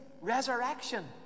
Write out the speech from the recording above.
resurrection